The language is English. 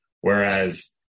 Whereas